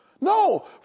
No